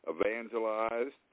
evangelized